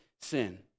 sin